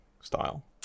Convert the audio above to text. style